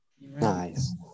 Nice